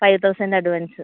five thousand advance